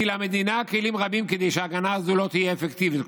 כי למדינה כלים רבים כדי שההגנה הזו לא תהיה אפקטיבית.